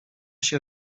się